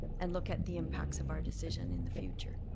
and look at the impacts of our decision in the future?